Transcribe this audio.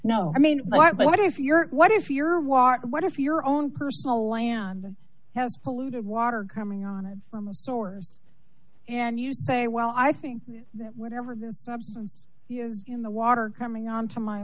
no i mean what if your what if your watch what if your own personal land has polluted water coming on it from a sores and you say well i think that whatever this substance is in the water coming on to my